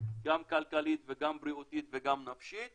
גם כלכלית וגם בריאותית וגם נפשית